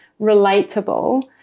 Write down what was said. relatable